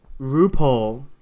RuPaul